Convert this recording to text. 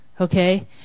okay